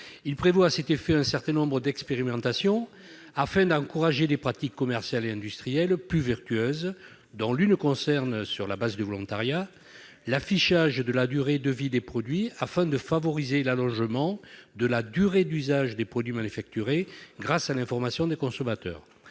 Il prévoit un certain nombre d'expérimentations en vue d'encourager des pratiques commerciales et industrielles plus vertueuses, dont l'une a trait à « l'affichage, sur la base du volontariat, de la durée de vie des produits afin de favoriser l'allongement de la durée d'usage des produits manufacturés grâce à l'information des consommateurs